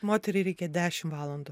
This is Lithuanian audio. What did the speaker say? moteriai reikia dešimt valandų